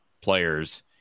players